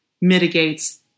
mitigates